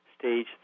Stage